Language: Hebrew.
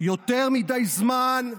יותר מדי זמן,